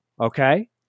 okay